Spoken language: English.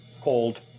called